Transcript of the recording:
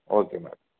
okay madam